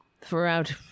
throughout